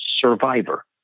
survivor